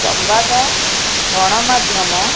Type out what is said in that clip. ସମ୍ବାଦ ଗଣମାଧ୍ୟମ